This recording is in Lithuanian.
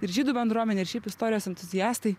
ir žydų bendruomenė ir šiaip istorijos entuziastai